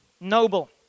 Noble